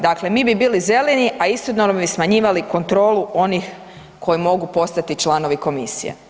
Dakle mi bi bili zeleni, a istodobno bi smanjivali kontrolu onih koji mogu postati članovi komisije.